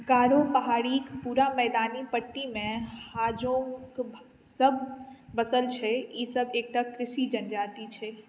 गारो पहाड़ीक पूरा मैदानी पट्टीमे हाजोंगसभ बसल छै ईसभ एकटा कृषि जनजाति छै